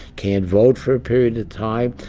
can't vote for a period of time.